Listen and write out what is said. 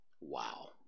Wow